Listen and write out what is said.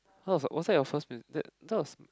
how was that your first that that was